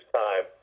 time